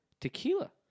Tequila